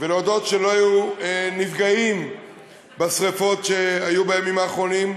ולהודות על כך שלא היו נפגעים בשרפות שהיו בימים האחרונים,